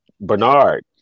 Bernard